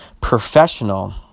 Professional